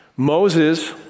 Moses